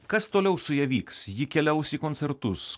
kas toliau su ja vyks ji keliaus į koncertus